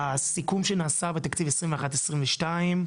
הסיכום שנעשה בתקציב 21-22,